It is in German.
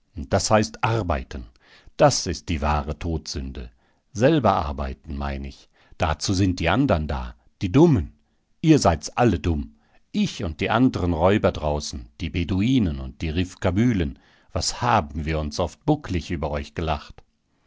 das heißt arbeiten das ist die wahre todsünde selber arbeiten mein ich dazu sind die andern da die dummen ihr seid's alle dumm ich und die andern räuber draußen die beduinen und die rifkabylen was haben wir uns oft bucklig über euch gelacht